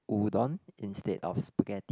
udon instead of spaghetti